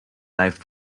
live